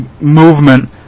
movement